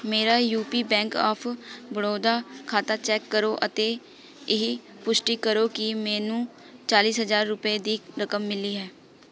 ਮੇਰਾ UP bank of Baroda ਖਾਤਾ check ਕਰੋ ਅਤੇ ਇਹ ਪੁਸ਼ਟੀ ਕਰੋ ਕਿ ਮੈਨੂੰ ਚਾਲੀਸ ਹਜ਼ਾਰ ਰੁਪਏ ਦੀ ਰਕਮ ਮਿਲੀ ਹੈ